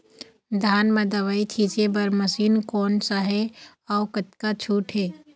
धान म दवई छींचे बर मशीन कोन सा हे अउ कतका छूट हे?